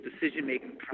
decision-making